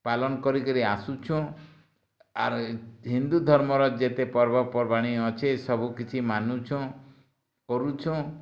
ପାଲନ କରି କିରି ଆସୁଛୁଁ ଆର୍ ହିନ୍ଦୁ ଧର୍ମର ଯେତେ ପର୍ବପର୍ବାଣୀ ଅଛି ସବୁ କିଛି ମାନୁଛୁଁ କରୁଛୁଁ